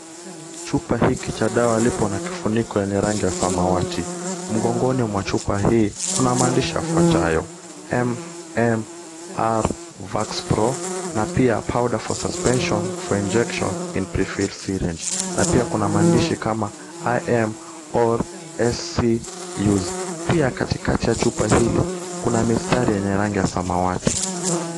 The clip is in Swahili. Chupa hiki cha dawa lipo na kifuniko ya rangi ya samawati, mgongoni mwa chupa hii kuna maandishi yafuatayo MMR vax pro na pia powder for suspension for injection in prefill syringe , na pia kuna maandishi kama IMOSCU, pia katikati ya chupa hili kuna mistari yenye rangi ya samawati.